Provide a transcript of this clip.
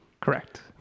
Correct